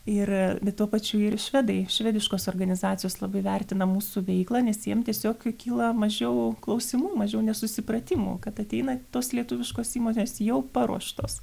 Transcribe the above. ir bet tuo pačiu ir švedai švediškos organizacijos labai vertina mūsų veiklą nes jiem tiesiog kyla mažiau klausimų mažiau nesusipratimų kad ateina tos lietuviškos įmonės jau paruoštos